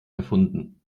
erfunden